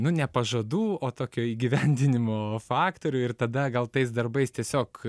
nu ne pažadų o tokio įgyvendinimo faktorių ir tada gal tais darbais tiesiog